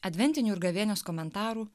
adventinių ir gavėnios komentarų